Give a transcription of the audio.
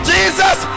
Jesus